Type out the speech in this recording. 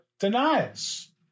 denials